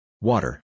Water